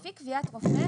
לפי קביעת רופא.